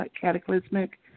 cataclysmic